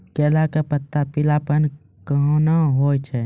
केला के पत्ता पीलापन कहना हो छै?